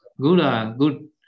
Good